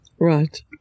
right